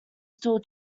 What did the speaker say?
still